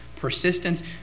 persistence